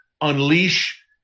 unleash